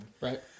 Right